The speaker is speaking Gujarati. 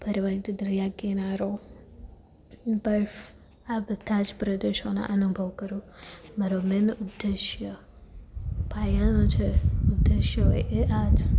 પર્વતો દરિયા કિનારો બરફ આ બધા જ પ્રદેશોના અનુભવ કરો મારો મેન ઉદ્દેશ્ય પાયાનો જે એ ઉદ્દેશ્ય આ છે